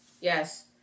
Yes